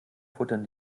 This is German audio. futtern